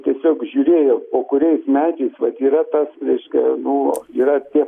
tiesiog žiūrėjo po kuriais medžiais vat yra tas reiškia nu yra tie